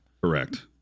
Correct